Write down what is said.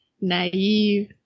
naive